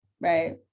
Right